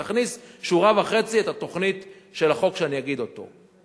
תכניס בשורה וחצי את התוכנית של החוק שאני אגיד אותו.